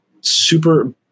super